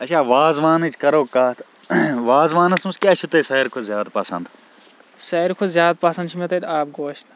سارِی کھۄتہٕ زیادٕ پَسَنٛد چھِ مےٚ تَتہِ آبہٕ گوش